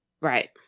Right